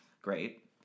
Great